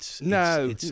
No